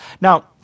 Now